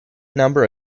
number